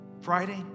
Friday